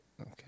Okay